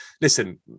Listen